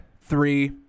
three